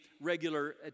regular